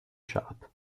shop